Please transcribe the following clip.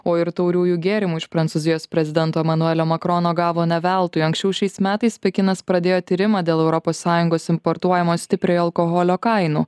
o ir tauriųjų gėrimų iš prancūzijos prezidento emanuelio makrono gavo ne veltui anksčiau šiais metais pekinas pradėjo tyrimą dėl europos sąjungos importuojamos stipriojo alkoholio kainų